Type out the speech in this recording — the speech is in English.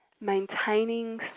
maintaining